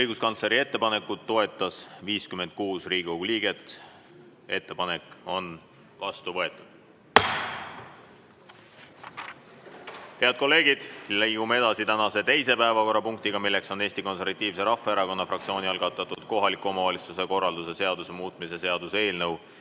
Õiguskantsleri ettepanekut toetas 56 Riigikogu liiget. Ettepanek on vastu võetud. Head kolleegid! Liigume tänase teise päevakorrapunkti juurde: Eesti Konservatiivse Rahvaerakonna fraktsiooni algatatud kohaliku omavalitsuse korralduse seaduse muutmise seaduse eelnõu